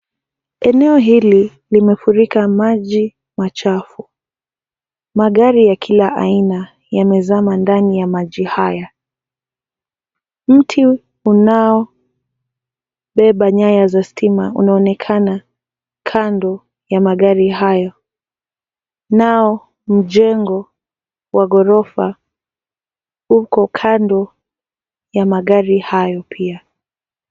Eneo hili limefurika maji machafu, magari ya kila aina yamezama ndani ya maji haya, mti unaobeba nyaya za stima unaonekana kando ya magari hayo, nao mjengo wa ghorofa huko kando ya magari hayo pia.